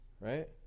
Right